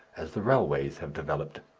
as the railways have developed.